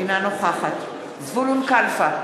אינה נוכחת זבולון קלפה,